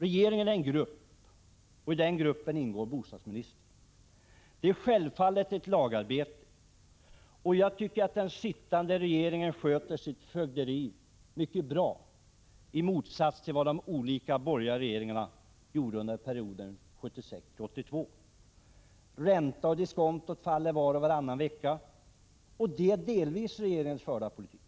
Regeringen är en grupp, och i den gruppen ingår bostadsministern. Regeringen bedriver självfallet ett lagarbete. Jag tycker att den sittande regeringen sköter sitt fögderi mycket bra, i motsats till vad de olika borgerliga regeringarna gjorde under perioden 1976-1982. Räntan och diskontot faller var och varannan vecka. Det beror delvis på regeringens förda politik.